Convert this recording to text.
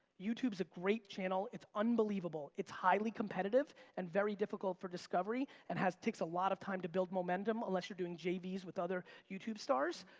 youtube's a great channel, it's unbelievable, it's highly competitive and very difficult for discovery and takes a lot of time to build momentum, unless you're doing jvs with other youtube stars.